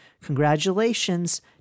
congratulations